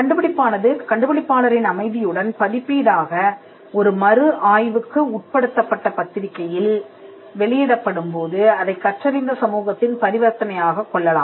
கண்டுபிடிப்பானது கண்டுபிடிப்பாளரின் அனுமதியுடன் பதிப்பீடாக ஒரு மறு ஆய்வுக்கு உட்படுத்தப்பட்ட பத்திரிக்கையில் வெளியிடப்படும் போது அதைக் கற்றறிந்த சமூகத்தின் பரிவர்த்தனையாகக் கொள்ளலாம்